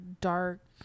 dark